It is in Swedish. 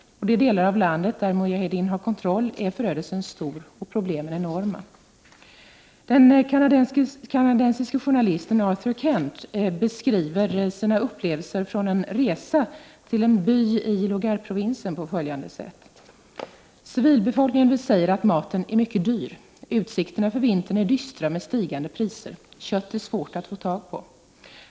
I de delar av landet där mujahedin har kontroll är förödelsen stor och problemen enorma. Den kanadensiske journalisten Arthur Kent beskriver sina upplevelser från en resa till en by i Logarprovinsen på följande sätt: Civilbefolkningen säger att maten är mycket dyr. Utsikterna för vintern är dystra, med stigande priser. Det är svårt att få tag i kött.